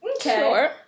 Sure